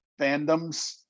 fandoms